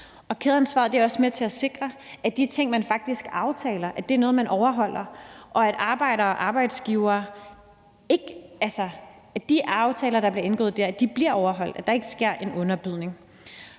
Kædeansvar er også med til at sikre, at de ting, man faktisk aftaler, er noget, man overholder, og at de aftaler, der bliver indgået mellem arbejdere og arbejdsgivere, bliver overholdt, og at der ikke sker en underbydning.